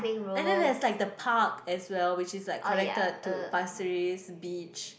and then there's like the park as well which is like connected to pasir-ris Beach